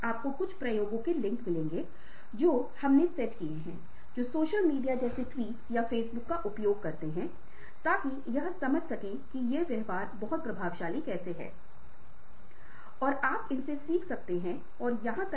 जब वो व्यक्ति वहां गया तो वह विक्रेता कि तरह सब कुछ अपने आप से करने की कोशिश कर रहा था वह कभी अधीनस्थों को जिम्मेदारी नहीं सौंप रहा था